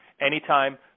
Anytime